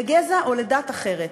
לגזע או לדת אחרת?